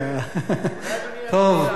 אתה יכול לזמזם.